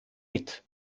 mit